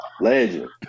Legend